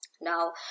Now